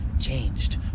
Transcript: changed